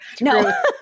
No